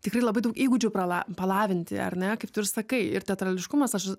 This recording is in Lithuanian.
tikrai labai daug įgūdžių prala palavinti ar ne kaip tu ir sakai ir teatrališkumas aš